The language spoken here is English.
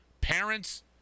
parents